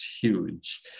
huge